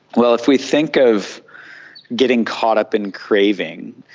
well, if we think of getting caught up in craving,